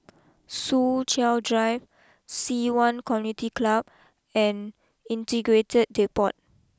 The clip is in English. Soo Chow Drive Ci Yuan Community Club and Integrated Depot